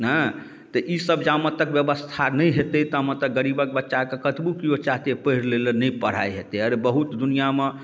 हँ तऽ ईसब जा तक बेबस्था नहि हेतै ता तक गरीबके बच्चाके कतबो केओ चाहतै पढ़ि लैलए नहि पढ़ाइ हेतै अरे बहुत दुनिआँमे